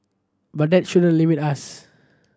but that shouldn't limit us